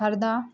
हर्दा